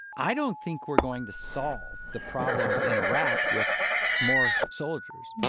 i don't think we're going to solve the problems in iraq with more soldiers,